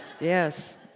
Yes